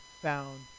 found